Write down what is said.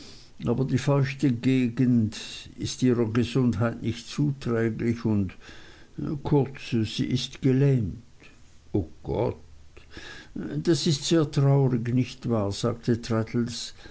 aber die feuchte gegend ist ihrer gesundheit nicht zuträglich und kurz sie ist gelähmt o gott das ist sehr traurig nicht wahr sagte